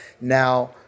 Now